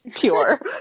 pure